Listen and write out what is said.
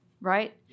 right